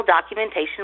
documentation